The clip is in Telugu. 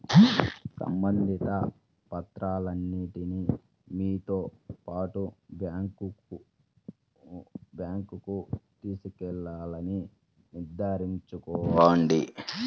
సంబంధిత పత్రాలన్నింటిని మీతో పాటు బ్యాంకుకు తీసుకెళ్లాలని నిర్ధారించుకోండి